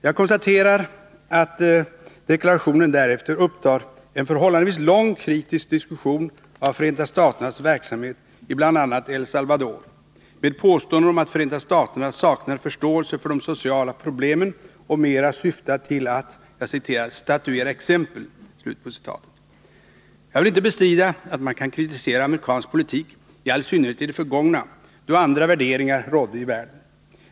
Jag konstaterar att deklarationen därefter upptar en förhållandevis lång kritisk diskussion av Förenta staternas verksamhet i bl.a. El Salvador, med påståenden om att Förenta staterna saknar förståelse för de sociala problemen och mera syftar till att ”statuera exempel”. Jag vill inte bestrida att man kan kritisera amerikansk politik, i all synnerhet i det förgångna då andra värderingar rådde i världen.